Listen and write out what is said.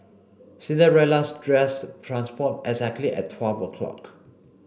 Cinderella's dress transformed exactly at twelve o' clock